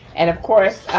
and of course,